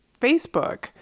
Facebook